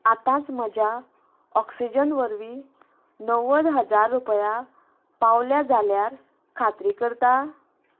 आतांच म्हज्या ऑक्सिजन वरवीं णव्वद हजार रुपया पावल्या जाल्यार खात्री करता